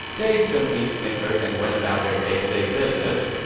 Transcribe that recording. they simply snickered and went about their day-to-day business.